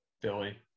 Philly